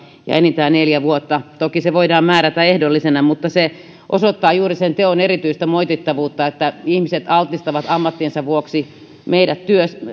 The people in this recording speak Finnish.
ja enintään neljä vuotta toki se voidaan määrätä ehdollisena mutta se osoittaa juuri sen teon erityistä moitittavuutta että ihmiset altistavat ammattinsa vuoksi